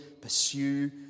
pursue